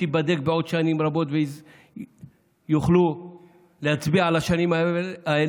שתיבדק בעוד שנים רבות ויוכלו להצביע על השנים האלה,